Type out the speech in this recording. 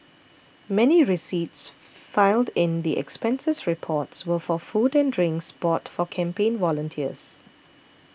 many receipts filed in the expenses reports were for food and drinks bought for campaign volunteers